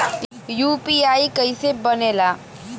UPI कईसे बनेला?